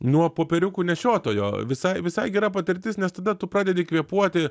nuo popieriukų nešiotojo visai visai gera patirtis nes tada tu pradedi kvėpuoti